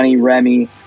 Remy